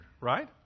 right